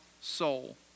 soul